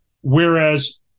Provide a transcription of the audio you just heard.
Whereas